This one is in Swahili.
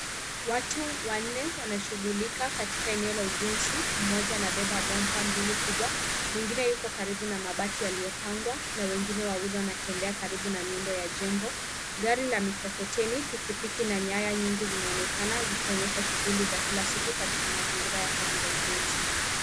Watu wanne wanashughulika katika eneo la ujenzi mmoja anabeba bomba mbili kubwa, mwingine yuko karibu na mabati yaliyopangwa na wengine wawili wanatembea karibu na miundo ya jengo. Gari la mikokoteni pikipiki na nyaya nyingi zinaonekana zikionyesha shughuli za kila siku katika mazingira za kila siku za ujenzi.